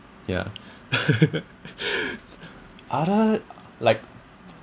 yeah other like